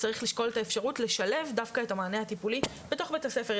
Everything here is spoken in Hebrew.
צריך לשקול את האפשרות לשלב דווקא את המענה הטיפולי בתוך בית הספר.